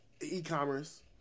e-commerce